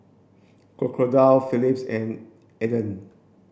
Crocodile Philips and Aden